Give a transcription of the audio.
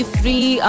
free